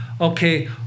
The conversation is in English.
Okay